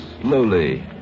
slowly